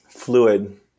Fluid